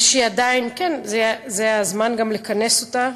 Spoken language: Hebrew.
ושהיא עדיין, כן, זה הזמן גם לכנס אותה.